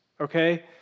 Okay